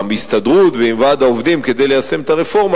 ההסתדרות ועם ועד העובדים כדי ליישם את הרפורמה